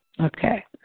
Okay